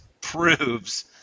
proves